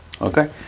okay